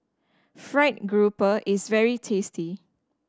fried grouper is very tasty